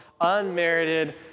unmerited